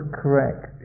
correct